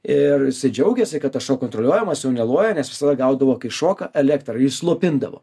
ir džiaugėsi kad tas šuo kontroliuojamas jau neloja nes visada gaudavo kai šoka elektrą jį slopindavo